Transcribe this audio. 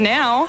now